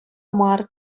мар